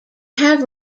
have